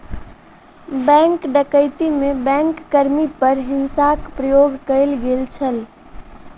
bank डकैती में bank कर्मी पर हिंसाक प्रयोग कयल गेल छल